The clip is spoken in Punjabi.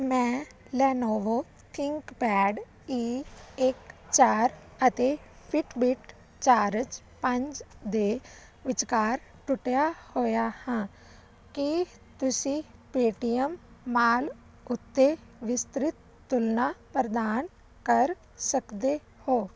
ਮੈਂ ਲੈਨੋਵੋ ਥਿੰਕਪੈਡ ਈ ਇੱਕ ਚਾਰ ਅਤੇ ਫਿਟਬਿਟ ਚਾਰਜ ਪੰਜ ਦੇ ਵਿੱਚਕਾਰ ਟੁੱਟਿਆ ਹੋਇਆ ਹਾਂ ਕੀ ਤੁਸੀਂ ਪੇ ਟੀ ਐਮ ਮਾਲ ਉੱਤੇ ਵਿਸਤ੍ਰਿਤ ਤੁਲਨਾ ਪ੍ਰਦਾਨ ਕਰ ਸਕਦੇ ਹੋ